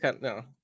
no